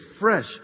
fresh